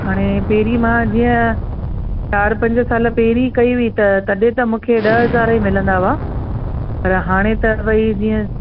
हाणे पहिरीं मां जीअं चारि पंज साल पहिरीं कयी हुई त तॾहिं त मूंखे ॾह हज़ार ई मिलंदा हुआ पर हाणे त भई जीअं